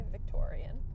Victorian